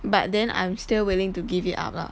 but then I'm still willing to give it up lah